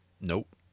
Nope